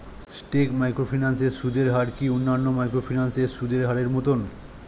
স্কেট microfinance এর সুদের হার কি অন্যান্য মাইক্রোফিন্যান্স এর সুদের হারের মতন?